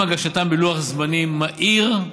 עם הגשתן, בלוח זמנים מהיר,